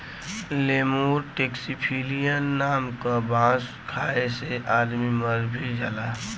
lemur taxiphyllin नाम क बांस खाये से आदमी मर भी जाला